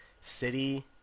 city